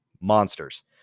monsters